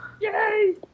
Yay